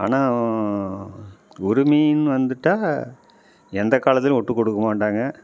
ஆனால் உரிமையின்னு வந்து விட்டா எந்த காலத்துலையும் விட்டுக்குடுக்க மாட்டாங்க